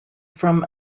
from